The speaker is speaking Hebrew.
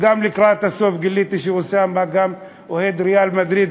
לקראת הסוף גיליתי שאוסאמה גם אוהד "ריאל מדריד",